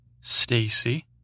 stacy